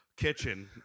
Kitchen